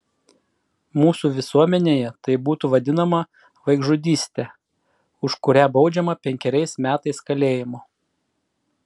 mūsų visuomenėje tai būtų vadinama vaikžudyste už kurią baudžiama penkeriais metais kalėjimo